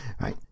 right